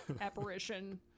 apparition